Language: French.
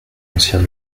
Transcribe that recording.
ancien